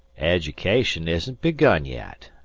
education isn't begun yet.